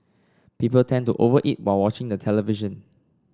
people tend to over eat while watching the television